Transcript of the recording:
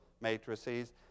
matrices